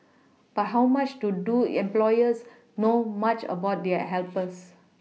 but how much to do employers know much about their helpers